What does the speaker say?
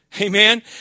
Amen